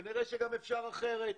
כנראה שגם אפשר אחרת.